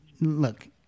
look